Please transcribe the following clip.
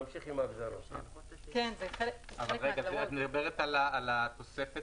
נמשיך עם --- את מדברת על התוספת